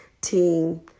team